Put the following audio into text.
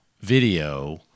video